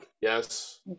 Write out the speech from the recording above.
Yes